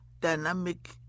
dynamic